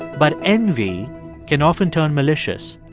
but envy can often turn malicious,